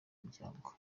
muryango